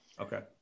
Okay